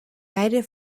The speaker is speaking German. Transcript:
beide